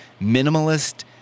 minimalist